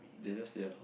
they are just